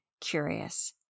curious